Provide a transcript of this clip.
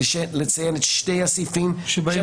לציין את שני הסעיפים -- שבהם אין הסכמה.